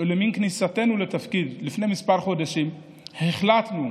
למן כניסתנו לתפקיד לפני כמה חודשים החלטנו,